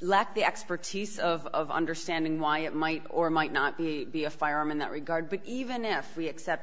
lack the expertise of understanding why it might or might not be be a firearm in that regard but even if we accept